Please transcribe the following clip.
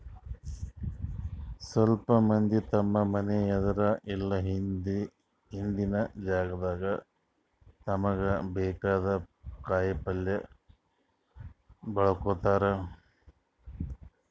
ಸ್ವಲ್ಪ್ ಮಂದಿ ತಮ್ಮ್ ಮನಿ ಎದ್ರ್ ಇಲ್ಲ ಹಿಂದಿನ್ ಜಾಗಾದಾಗ ತಮ್ಗ್ ಬೇಕಾಗಿದ್ದ್ ಕಾಯಿಪಲ್ಯ ಬೆಳ್ಕೋತಾರ್